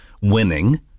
winning